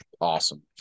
awesome